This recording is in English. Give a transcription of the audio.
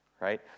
right